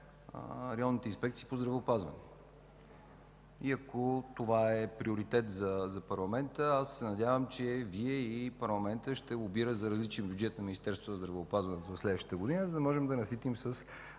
районните инспекции по здравеопазване. Ако това е приоритет за парламента, аз се надявам, че Вие и парламентът ще лобирате за различен бюджет на Министерството на здравеопазването за следващата година, за да можем да наситим с